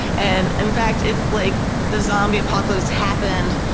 and in fact, if like the zombie apocalypse happened,